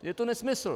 Je to nesmysl.